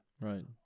Right